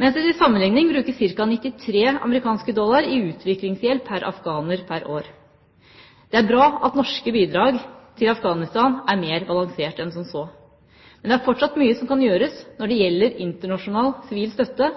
mens det til sammenligning brukes ca. 93 USD i utviklingshjelp pr. afghaner pr. år. Det er bra at norske bidrag til Afghanistan er mer balansert enn som så. Men det er fortsatt mye som kan gjøres når det gjelder internasjonal sivil støtte, og særlig når det